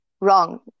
wrong